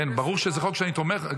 ברור שזה חוק שאני תומך בו.